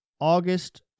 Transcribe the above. August